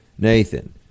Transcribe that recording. Nathan